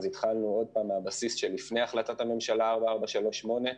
התחלנו שוב מהבסיס שלפני החלטת הממשלה 4438,